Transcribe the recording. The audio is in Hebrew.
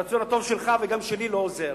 הרצון הטוב שלך וגם שלי לא עוזרים.